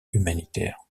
humanitaires